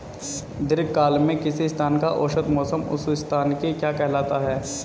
दीर्घकाल में किसी स्थान का औसत मौसम उस स्थान की क्या कहलाता है?